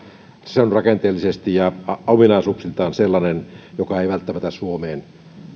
se on rakenteellisesti ja ominaisuuksiltaan sellainen joka ei välttämättä